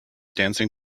dancing